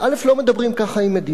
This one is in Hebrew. לא מדברים ככה עם מדינה,